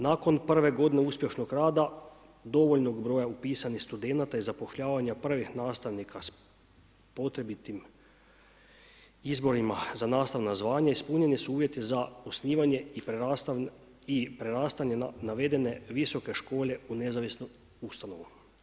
Nakon prve godine uspješnog rada, dovoljnog broja upisanih studenata i zapošljavanja prvih nastavnika s potrebitim izborima za nastavno zvanje, ispunjeni su uvjeti za osnivanje i prerastanje navedene visoke škole u nezavisnu ustanovu.